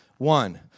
One